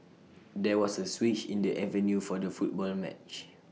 there was A switch in the venue for the football match